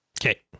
Okay